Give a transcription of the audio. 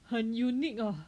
很 unique ah